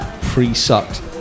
Pre-sucked